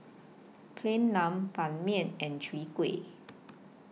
Plain Naan Ban Mian and Chwee Kueh